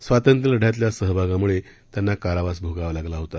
स्वातंत्र्य लढ्यातल्या सहभागामुळे त्यांना कारावास भोगावा लागला होता